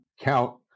count